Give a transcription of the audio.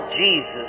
Jesus